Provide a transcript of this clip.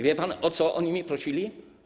Wie pan, o co oni mnie prosili?